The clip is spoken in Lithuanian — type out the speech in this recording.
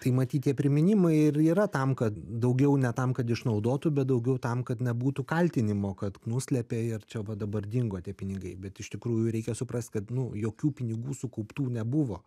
tai matyt tie priminimai ir yra tam kad daugiau ne tam kad išnaudotų bet daugiau tam kad nebūtų kaltinimo kad nuslėpė ir čia va dabar dingo tie pinigai bet iš tikrųjų reikia suprast kad nu jokių pinigų sukauptų nebuvo